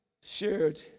shared